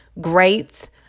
great